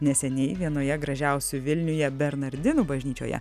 neseniai vienoje gražiausių vilniuje bernardinų bažnyčioje